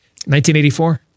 1984